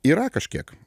yra kažkiek